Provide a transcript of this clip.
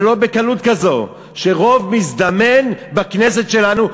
ולא בקלות כזו, רוב מזדמן בכנסת שלנו.